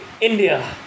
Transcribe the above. india